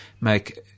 make